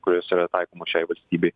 kurios yra taikomos šiai valstybei